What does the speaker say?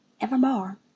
evermore